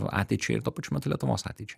ateičiai ir tuo pačiu metu lietuvos ateičiai